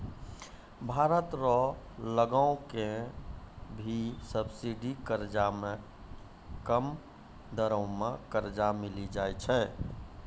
भारत रो लगो के भी सब्सिडी कर्जा मे कम दरो मे कर्जा मिली जाय छै